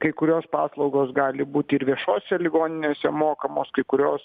kai kurios paslaugos gali būti ir viešose ligoninėse mokamos kai kurios